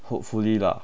hopefully lah